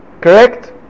correct